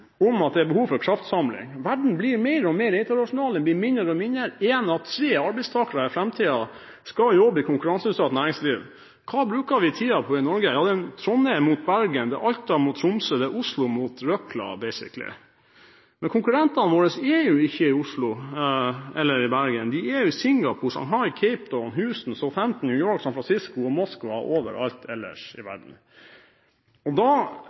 om at det er behov for en kraftsamling. Verden blir mer og mer internasjonal – og den blir mindre og mindre. Én av tre arbeidstakere skal i framtiden jobbe i konkurranseutsatt næringsliv. Hva bruker vi tiden på i Norge? Ja, det er Trondheim mot Bergen, det er Alta mot Tromsø, det er Oslo mot røkla – hovedsakelig. Men konkurrentene våre er jo ikke i Oslo eller i Bergen; de er i Singapore, Shanghai, Cape Town, Houston, Southampton, New York, San Francisco, Moskva og over alt ellers i verden. Vi graver hodet ned i sanden og